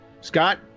Scott